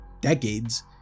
decades